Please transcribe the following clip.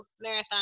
marathon